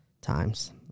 times